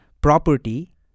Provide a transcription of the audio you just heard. property